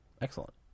Excellent